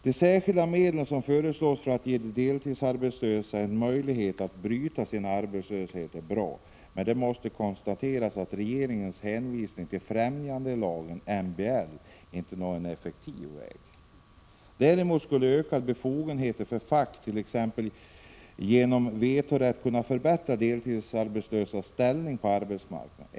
De särskilda medel som föreslås för att ge de deltidsarbetslösa en möjlighet att bryta sin arbetslöshet är bra, men det måste konstateras att regeringens hänvisning till främjandelagen och MBL inte är någon effektiv väg. Däremot skulle ökade befogenheter för facken, t.ex. genom vetorätt, kunna förbättra de deltidsarbetslösas ställning på arbetsmarknaden.